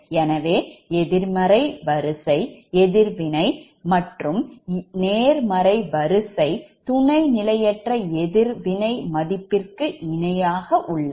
எனவே எதிர்மறை வரிசை எதிர்வினை நேர்மறை வரிசை துணை நிலையற்ற எதிர்வினைமதிப்பிற்கு இணை ஆக உள்ளது